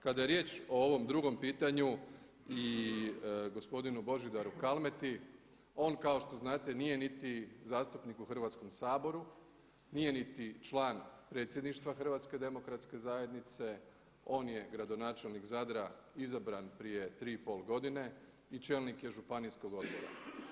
Kada je riječ o ovom drugom pitanju i gospodinu Božidaru Kalmeti on kako što znate nije niti zastupnik u Hrvatskom saboru, nije niti član predsjedništva HDZ-a on je gradonačelnik Zadra izabran prije 3,5 godine i čelnik je županijskog odbora.